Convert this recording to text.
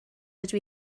dydw